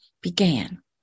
began